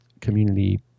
community